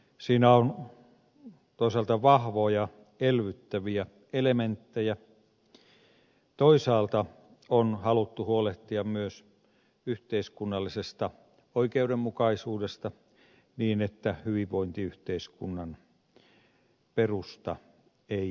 siinä on toisaalta vahvoja elvyttäviä elementtejä toisaalta on haluttu huolehtia myös yhteiskunnallisesta oikeudenmukaisuudesta niin että hyvinvointiyhteiskunnan perusta ei murtuisi